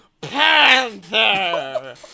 Panther